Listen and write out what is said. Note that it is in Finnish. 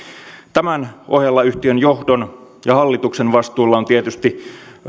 tämän ohella yhtiön johdon ja hallituksen vastuulla on tietysti